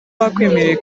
bakwemereye